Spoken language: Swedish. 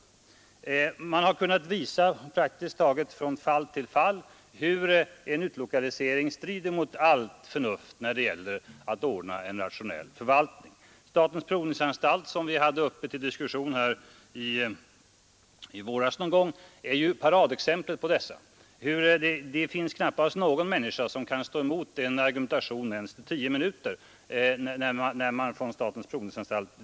Man har kunnat visa från fall till fall hur en utlokalisering strider mot allt förnuft när det gäller att ordna en rationell förvaltning. Statens provningsanstalt, som vi diskuterade i våras, är paradexemplet på detta.